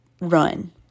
run